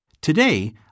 Today